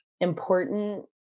important